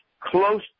close